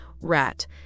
RAT